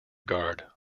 guard